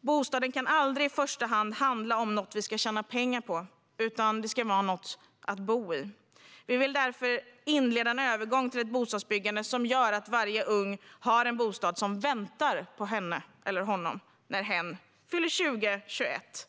Bostaden kan aldrig i första hand handla om något vi ska tjäna pengar på, utan den ska vara något att bo i. Vänsterpartiet vill därför inleda en övergång till ett bostadsbyggande som gör att varje ung har en bostad som väntar på henne eller honom när hen fyller 20 eller 21.